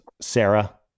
Sarah